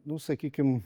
nu sakykim